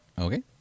Okay